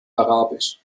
arabisch